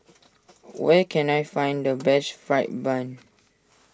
where can I find the best Fried Bun